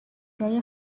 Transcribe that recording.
جای